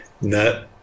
No